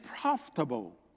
profitable